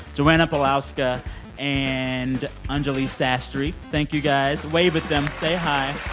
joanna pawlowska and anjuli sastry, thank you, guys. wave at them. say hi